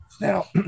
Now